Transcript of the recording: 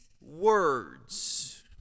words